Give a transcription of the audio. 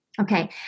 Okay